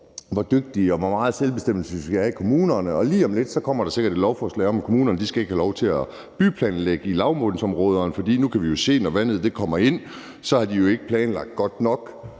hvor meget selvbestemmelse de har, og lige om lidt kommer der sikkert et lovforslag om, at kommunerne ikke skal have lov til at byplanlægge i lavbundsområderne, for nu, når vandet kommer ind, kan vi se, at de ikke har planlagt godt nok.